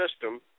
system